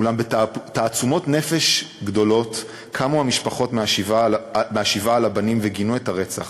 אולם בתעצומות נפש גדולות קמו המשפחות מהשבעה על הבנים וגינו את הרצח.